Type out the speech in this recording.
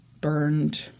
burned